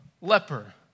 leper